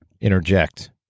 interject